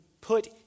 Put